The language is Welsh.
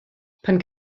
pan